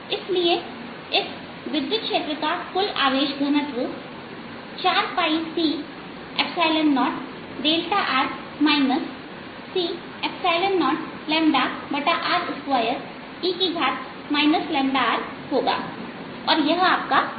इसलिए इस विद्युत क्षेत्र का कुल आवेश घनत्व 4c0r c0r2e rहोगा और यह आप का उत्तर है